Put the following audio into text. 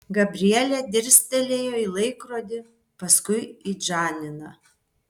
gabrielė dirstelėjo į laikrodį paskui į džaniną